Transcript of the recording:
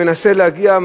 מנסה להגיע,